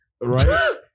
right